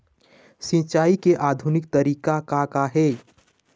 सिचाई के आधुनिक तरीका का का हे?